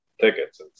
tickets